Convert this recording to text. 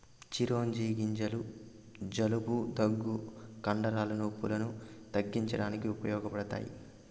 చిరోంజి గింజలు జలుబు, దగ్గు, కండరాల నొప్పులను తగ్గించడానికి ఉపయోగపడతాయి